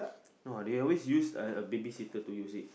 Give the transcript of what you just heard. no they always use babysitter to use it